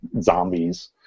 zombies